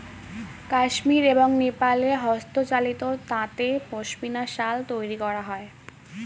কাশ্মীর এবং নেপালে হস্তচালিত তাঁতে পশমিনা শাল তৈরি করা হয়